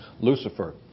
Lucifer